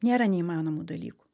nėra neįmanomų dalykų